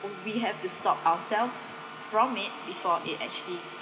oh we have to stop ourselves from it before it actually